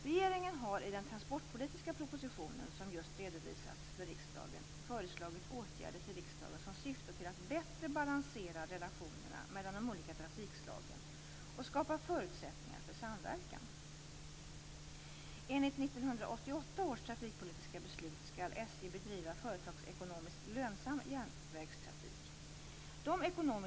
Regeringen har i den transportpolitiska propositionen, som just redovisats för riksdagen, föreslagit riksdagen åtgärder som syftar till att bättre balansera relationerna mellan de olika trafikslagen och skapa förutsättningar för samverkan.